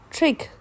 Trick